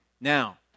Now